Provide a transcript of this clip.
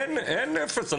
אין אפס,